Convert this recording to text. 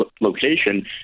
location